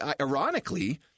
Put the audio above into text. ironically